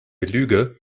lüge